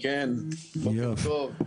בוקר טוב.